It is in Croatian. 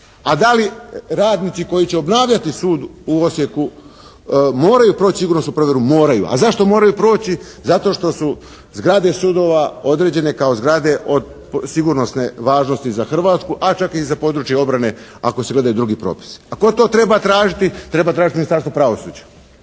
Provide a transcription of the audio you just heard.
A da li radnici koji će obnavljati sud u Osijeku moraju proći sigurnosnu provjeru? Moraju. A zašto moraju proći? Zato što su zgrade sudova određene kao zgrade od sigurnosne važnosti za Hrvatsku, a čak i za područje obrane ako se gledaju drugi propisi. A tko to treba tražiti? Treba tražiti Ministarstvo pravosuđa.